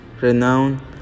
renowned